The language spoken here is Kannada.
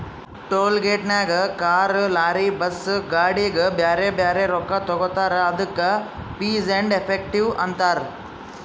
ಟೋಲ್ ಗೇಟ್ನಾಗ್ ಕಾರ್, ಲಾರಿ, ಬಸ್, ಗಾಡಿಗ ಬ್ಯಾರೆ ಬ್ಯಾರೆ ರೊಕ್ಕಾ ತಗೋತಾರ್ ಅದ್ದುಕ ಫೀಸ್ ಆ್ಯಂಡ್ ಎಫೆಕ್ಟಿವ್ ಅಂತಾರ್